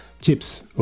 chips